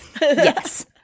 Yes